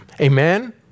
Amen